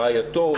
רעייתו,